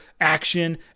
action